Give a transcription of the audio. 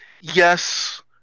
yes